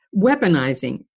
weaponizing